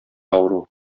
авыру